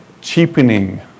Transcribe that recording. cheapening